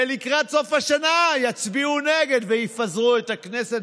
ולקראת סוף השנה יצביעו נגד ויפזרו את הכנסת,